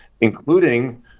including